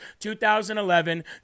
2011